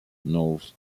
north